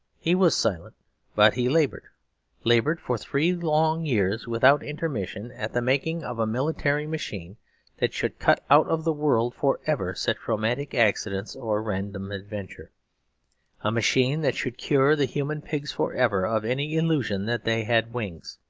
he was silent but he laboured laboured for three long years without intermission at the making of a military machine that should cut out of the world for ever such romantic accident or random adventure a machine that should cure the human pigs for ever of any illusion that they had wings.